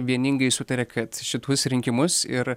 vieningai sutaria kad šituos rinkimus ir